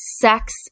sex